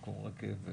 במקום רכבת